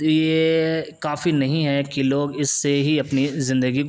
یہ کافی نہیں ہے کہ لوگ اس سے ہی اپنی زندگی گزارا کر سکیں